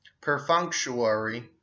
perfunctory